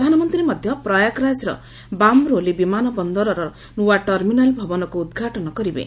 ପ୍ରଧାନମନ୍ତ୍ରୀ ମଧ୍ୟ ପ୍ରୟାଗରାଜର ବାମ୍ରୌଲି ବିମାନ ବନ୍ଦରର ନୂଆ ଟର୍ମିନାଲ୍ ଭବନକୁ ଉଦ୍ଘାଟନ କରିବେ